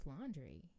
laundry